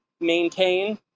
maintain